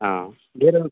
ஆ வேற எதுவும்